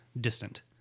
distant